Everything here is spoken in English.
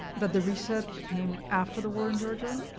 the the reset came after the war in georgia,